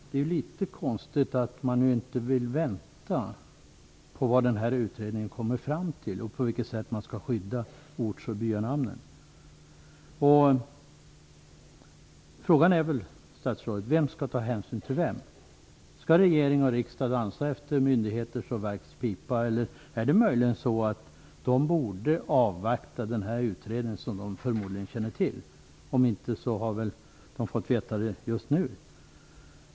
Det är litet konstigt att man nu inte vill avvakta vad utredningen kommer fram till när det gäller hur man skall skydda ort och byanamnen. Frågan är, statsrådet, vem som skall ta hänsyn till vem. Skall regering och riksdag dansa efter myndigheters och verks pipa, eller är det möjligen så att de borde avvakta den här utredningen som de förmodligen känner till? Om inte, har de väl fått kännedom om den just nu.